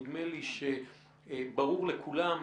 נדמה לי שברור לכולם,